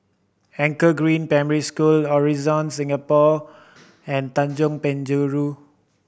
Anchor Green Primary School Horizon Singapore and Tanjong Penjuru